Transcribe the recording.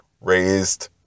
raised